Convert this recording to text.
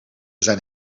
zijn